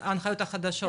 את ההנחיות החדשות,